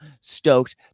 stoked